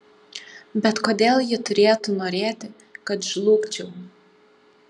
bet kodėl ji turėtų norėti kad žlugčiau